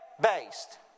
based